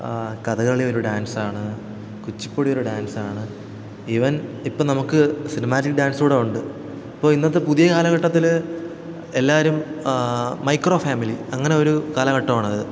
കഥകളി ഒരു ഡാൻസാണ് കുച്ചിപ്പുടി ഒരു ഡാൻസാണ് ഈവൻ ഇപ്പോള് നമുക്ക് സിനിമാറ്റിക്ക് ഡാൻസ് കൂടെ ഉണ്ട് ഇപ്പോള് ഇന്നത്തെ പുതിയ കാലഘട്ടത്തില് എല്ലാവരും മൈക്രോ ഫാമിലി അങ്ങനെ ഒരു കാലഘട്ടമാണത്